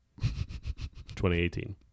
2018